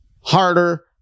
harder